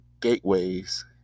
gateways